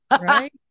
right